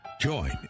Join